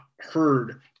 heard –